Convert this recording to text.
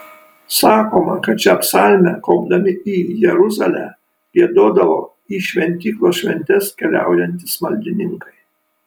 sakoma kad šią psalmę kopdami į jeruzalę giedodavo į šventyklos šventes keliaujantys maldininkai